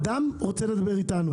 האדם רוצה לדבר איתנו.